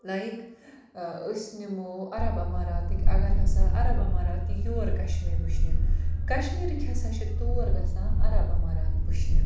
like أسۍ نِمو عرب عماراتٕکۍ اگر ہَسا عرب عمارات یور کَشمیٖر وٕچھنہِ کَشمیٖرٕکۍ ہَسا چھِ تور گَژھان عرب عمارت وٕچھنہِ